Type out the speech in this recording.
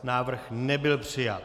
Návrh nebyl přijat.